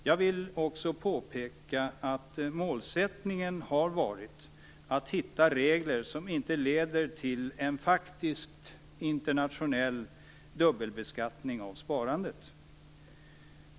Jag vill också påpeka att målsättningen har varit att hitta regler som inte leder till en faktisk internationell dubbelbeskattning av sparandet.